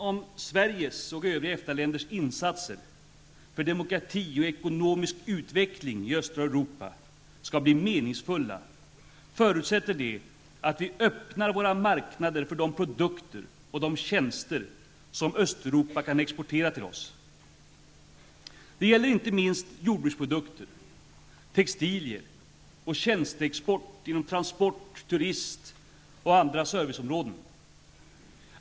Om Sveriges och övriga EFTA-länders insatser för demokrati och ekonomisk utveckling i östra Europa skall bli meningsfulla, förutsätter det att vi öppnar våra marknader för de produkter och de tjänster som Östeuropa kan exportera till oss. Det gäller inte minst jordbruksprodukter, textilier och tjänsteexport inom transport-, turist och andra serviceområden.